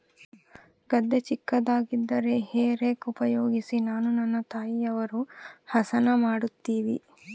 ಗದ್ದೆ ಚಿಕ್ಕದಾಗಿದ್ದರೆ hay rake ಉಪಯೋಗಿಸಿ ನಾನು ನನ್ನ ತಾಯಿಯವರು ಹಸನ ಮಾಡುತ್ತಿವಿ